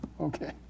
Okay